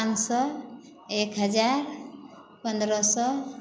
पाँच सए एक हजार पन्द्रह सए